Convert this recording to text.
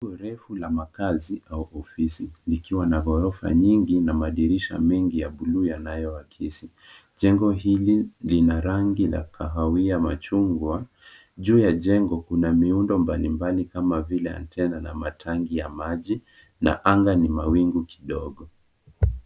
Jengo refu la makazi au ofisi likiwa na ghorofa nyingi na madirisha mengi ya buluu yanayoakisi. Jengo hili lina rangi la kahawia machungwa. Juu ya jengo kuna miundo mbalimbali kama vile antena na matangi ya maji na anga ni mawingu kidogo.